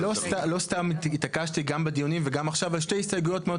לא סתם התעקשתי גם בדיונים וגם עכשיו על שתי הסתייגויות.